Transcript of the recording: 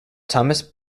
thomas